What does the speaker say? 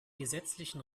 gesetzlichen